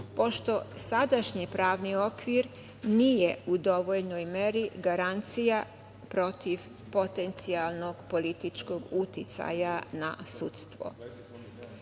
pošto sadašnji pravni okvir nije u dovoljnoj meri garancija protiv potencijalnog političkog uticaja na sudstvo. Da